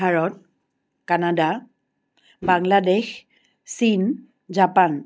Bharat Canada Bangladesh চীন Japan